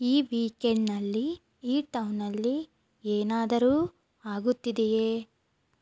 ಈ ವೀಕೆಂಡ್ನಲ್ಲಿ ಈ ಟೌನಲ್ಲಿ ಏನಾದರೂ ಆಗುತ್ತಿದೆಯೇ